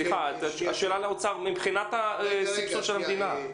השאלה היא לאוצר, מבחינת הסבסוד של המדינה.